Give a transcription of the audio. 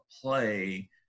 play